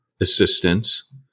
assistance